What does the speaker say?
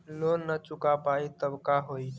Loan न चुका पाई तब का होई?